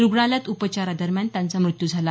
रुग्णालयात उपचारादरम्यान त्यांचा मृत्यू झाला